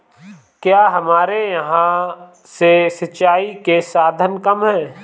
क्या हमारे यहाँ से सिंचाई के साधन कम है?